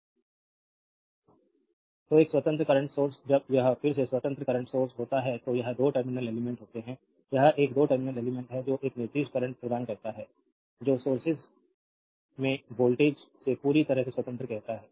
slide time देखें 0939 तो एक स्वतंत्र करंट सोर्स जब यह फिर से स्वतंत्र करंट सोर्स होता है तो यह दो टर्मिनल एलिमेंट्स होते हैं यह एक दो टर्मिनल एलिमेंट्स है जो एक निर्दिष्ट करंट प्रदान करता है जो सोर्स में वोल्टेज से पूरी तरह से स्वतंत्र कहता है